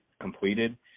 completed